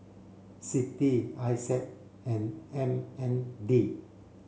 CITI Isa and M N D